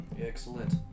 Excellent